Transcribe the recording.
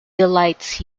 delights